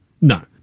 No